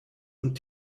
und